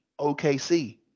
OKC